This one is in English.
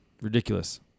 Ridiculous